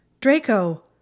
Draco